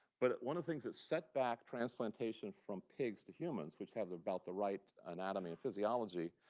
but one of the things that set back transplantation from pigs to humans, which have about the right anatomy and physiology,